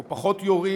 או פחות יורים,